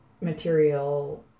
material